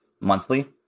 monthly